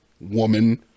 woman